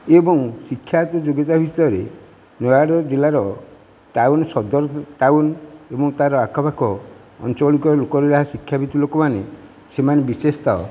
ଏବଂ ଶିକ୍ଷାଗତ ଯୋଗ୍ୟତା ଭିତରେ ନୟାଗଡ଼ ଜିଲ୍ଲାର ଟାଉନ ସଦର ଟାଉନ ଏବଂ ତା'ର ଆଖ ପାଖ ଅଞ୍ଚଳ ଶିକ୍ଷାବିତ୍ ଲୋକମାନେ ସେମାନେ ବିଶେଷତଃ